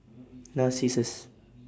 Narcissus